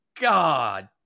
God